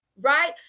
Right